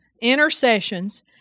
Intercessions